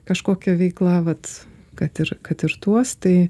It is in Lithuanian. kažkokia veikla vat kad ir kad ir tuos tai